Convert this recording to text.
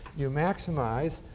you maximize